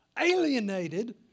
alienated